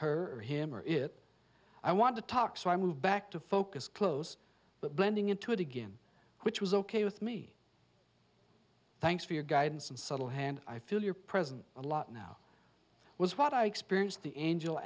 her or him or it i want to talk so i moved back to focus close but blending into it again which was ok with me thanks for your guidance and subtle hand i feel your present a lot now was what i experienced the angel